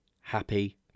Happy